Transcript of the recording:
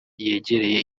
yegereye